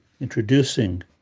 introducing